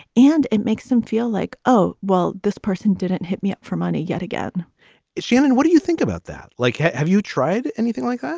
and it makes them feel like, oh, well, this person didn't hit me up for money yet again shannon, what do you think about that? like, have you tried anything like ah